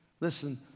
Listen